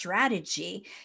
strategy